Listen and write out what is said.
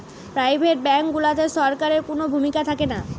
private bank গুলাতে সরকারের কুনো ভূমিকা থাকেনা